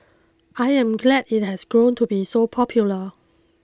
I am glad it has grown to be so popular